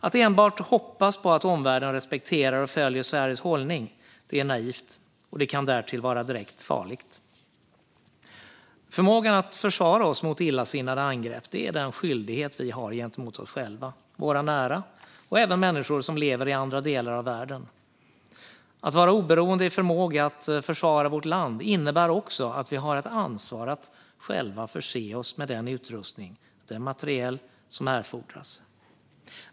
Att enbart hoppas på att omvärlden respekterar och följer Sveriges hållning är naivt och kan därtill vara direkt farligt. Förmågan att försvara oss mot illasinnade angrepp är den skyldighet vi har gentemot oss själva, våra nära och även människor som lever i andra delar av världen. Att vara oberoende i förmågan att försvara vårt land innebär också att vi har ett ansvar att själva förse oss med den utrustning och den materiel som erfordras.